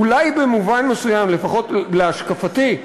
אולי במובן מסוים, לפחות להשקפתי,